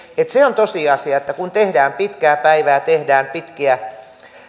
että se on tosiasia että kun tehdään pitkää päivää tehdään pitkiä